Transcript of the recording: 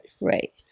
Right